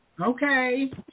Okay